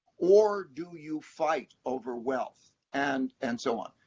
or do you fight over wealth, and and so on.